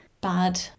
bad